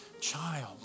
child